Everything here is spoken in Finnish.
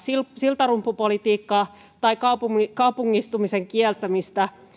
siltarumpupolitiikkaa tai kaupungistumisen kieltämistä